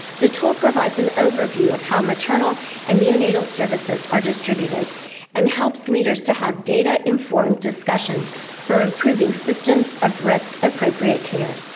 the tool provides an overview of how maternal and neonatal services are distributed and helps leaders to have data-informed discussions for improving systems of risk-appropriate care.